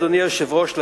אדוני היושב-ראש,